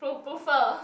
Proo~ Proofer